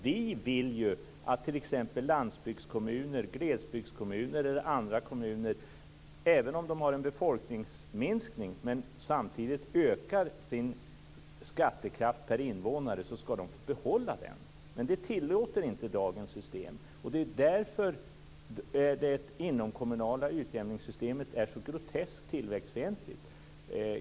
Vi vill att t.ex. landsbygds och glesbygdskommuner eller andra kommuner som, även om de har en befolkningsminskning och samtidigt får ökad skattekraft per invånare, ska få behålla den. Detta tillåter dock inte dagens system. Därför är det inomkommunala utjämningssystemet så groteskt tillväxtfientligt.